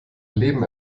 leben